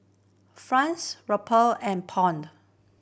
Franc Rupiah and Pound